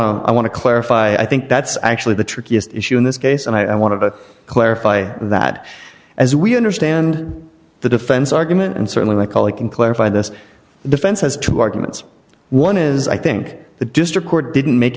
to i want to clarify i think that's actually the trickiest issue in this case and i want to clarify that as we understand the defense argument and certainly my colleague can clarify this the defense has two arguments one is i think the district court didn't make